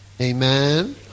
Amen